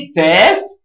test